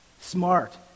smart